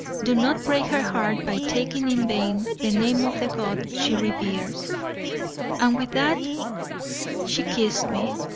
do not break her heart by taking in vain the name of the god she reveres and with that she kissed me,